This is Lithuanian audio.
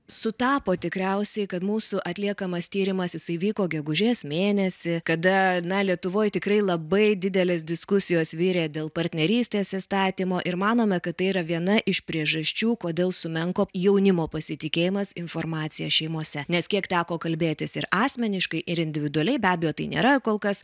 sutapo tikriausiai kad mūsų atliekamas tyrimas jisai vyko gegužės mėnesį kada na lietuvoj tikrai labai didelės diskusijos virė dėl partnerystės įstatymo ir manome kad tai yra viena iš priežasčių kodėl sumenko jaunimo pasitikėjimas informacija šeimose nes kiek teko kalbėtis ir asmeniškai ir individualiai be abejo tai nėra kol kas